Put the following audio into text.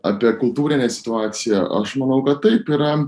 apie kultūrinę situaciją aš manau kad taip yra